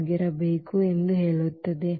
ಆಗಿರಬೇಕು ಎಂದು ಹೇಳುತ್ತದೆ